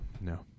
no